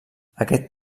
aquest